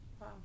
wow